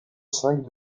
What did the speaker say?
cinq